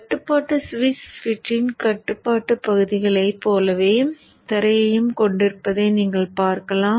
கட்டுப்பாட்டு சுவிட்ச் சுற்றின் கட்டுப்பாட்டுப் பகுதிகளைப் போலவே தரையையும் கொண்டிருப்பதை நீங்கள் பார்க்கலாம்